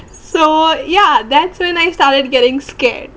so yeah that's when I started getting scared